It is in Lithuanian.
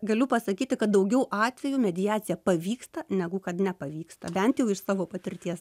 galiu pasakyti kad daugiau atvejų mediacija pavyksta negu kad nepavyksta bent jau iš savo patirties